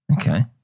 Okay